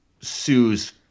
Sue's